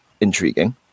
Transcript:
intriguing